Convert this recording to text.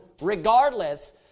regardless